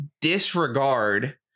disregard